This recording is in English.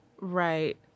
Right